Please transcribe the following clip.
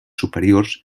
superiors